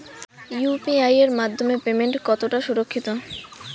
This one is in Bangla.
ইউ.পি.আই এর মাধ্যমে পেমেন্ট কতটা সুরক্ষিত?